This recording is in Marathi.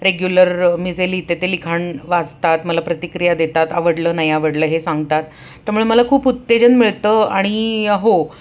रेग्युलर मी जे लिहिते ते लिखाण वाचतात मला प्रतिक्रिया देतात आवडलं नाही आवडलं हे सांगतात त्यामुळे मला खूप उत्तेजन मिळतं आणि हो